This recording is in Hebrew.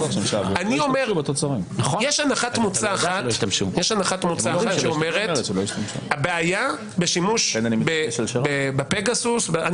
יש הנחת מוצא אחת שאומרת שהבעיה בשימוש בפגסוס אני